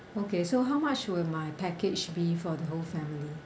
okay so how much will my package be for the whole family